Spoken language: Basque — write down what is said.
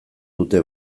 dute